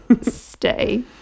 stay